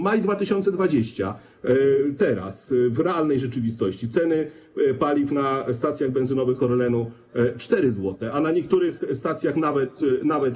Maj 2020 r., teraz, w realnej rzeczywistości, cena paliwa na stacjach benzynowych Orlenu to 4 zł, a na niektórych stacjach nawet mniej.